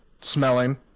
smelling